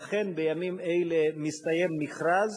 ולכן בימים אלה מסתיים מכרז